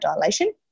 dilation